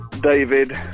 David